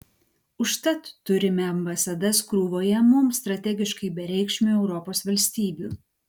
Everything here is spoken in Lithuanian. užtat turime ambasadas krūvoje mums strategiškai bereikšmių europos valstybių